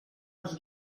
les